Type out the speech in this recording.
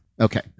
Okay